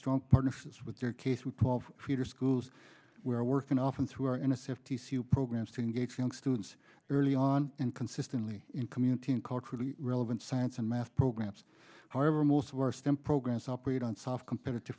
strong partnerships with their case with twelve feeder schools where i work in office who are in a safety programs to engage young students early on and consistently in community and culturally relevant science and math programs however most of our stem programs operate on soft competitive